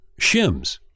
shims